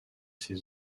ses